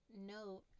note